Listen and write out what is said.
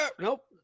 nope